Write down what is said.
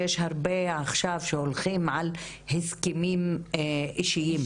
שיש הרבה עכשיו שהולכים על הסכמים אישיים.